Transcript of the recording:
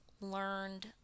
learned